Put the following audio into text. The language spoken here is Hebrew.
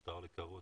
נותר לקוות